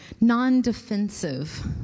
non-defensive